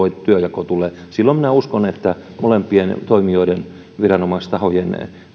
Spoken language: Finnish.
edellyttää että tuo työnjako tulee uskon että silloin molempien viranomaistahojen